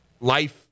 life